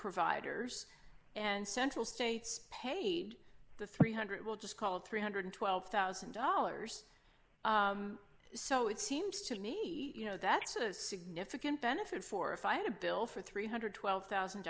providers and central states paid the three hundred we'll just call three hundred and twelve thousand dollars so it seems to me you know that's a significant benefit for if i had a bill for three hundred and twelve thousand